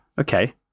okay